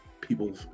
people